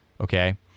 okay